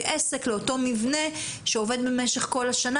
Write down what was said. עסק לאותו מבנה שעובד במשך כל השנה,